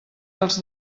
els